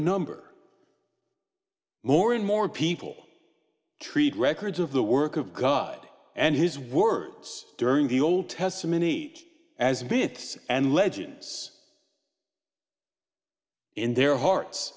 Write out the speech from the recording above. number more and more people treat records of the work of god and his words during the old testament eat as bits and legends in their hearts